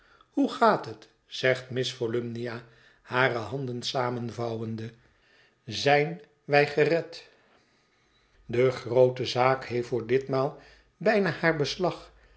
hoe gaat het zegt miss volumnia hare handen samenvouwende zijn wij gered de groote zaak heeft voor ditmaal bijna haar beslag